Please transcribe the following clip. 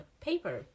paper